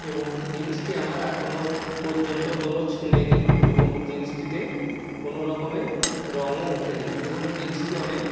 এবং জিন্সটি আমার এখনো পর্যন্ত কোনো ছেঁড়েনি এবং জিন্সটিতে কোনো রকমের রঙও উঠেনি এবং জিন্সটি অনেক